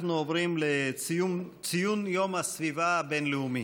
אנחנו עוברים לציון יום הסביבה הבין-לאומי,